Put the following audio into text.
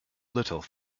little